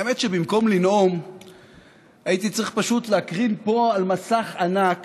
האמת שבמקום לנאום הייתי צריך פשוט להקרין פה על מסך ענק